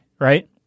right